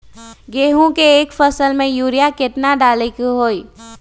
गेंहू के एक फसल में यूरिया केतना डाले के होई?